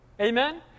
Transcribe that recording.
Amen